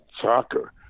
soccer